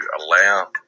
allow